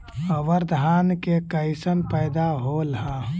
अबर धान के कैसन पैदा होल हा?